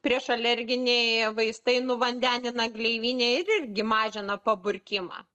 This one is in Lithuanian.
priešalerginiai vaistai nuvandenina gleivinę ir irgi mažina paburkimą